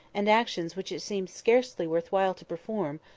and actions which it seemed scarcely worth while to perform,